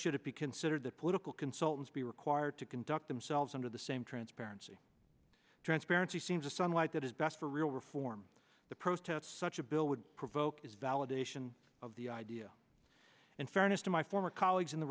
should it be considered that political consultants be required to conduct themselves under the same transparency transparency seems to sunlight that is best for real reform the protest such a bill would provoke as validation of the idea in fairness to my former colleagues in the